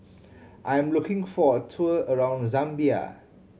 I'm looking for a tour around Zambia